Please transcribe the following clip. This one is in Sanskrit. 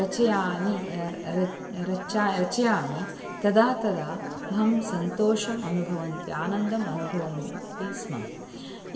रचयामि रच् रचा रचयामि तदा तदा अहं सन्तोषम् अनुभवन्ती आनन्दम् अनुभवन्ती स्म